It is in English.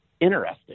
interesting